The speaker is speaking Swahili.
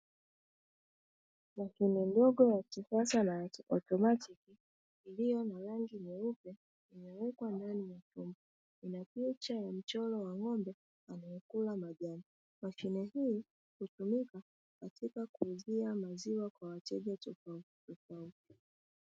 Mashine ndogo ya kisasa na ya kiotomatiki iliyo na rangi nyeupe imewekwa ndani ya chumba ina picha ya mchoro wa ng'ombe anayekula majani. Mashine hii hutumika katika kuuzia maziwa kwa wateja tofautitofauti.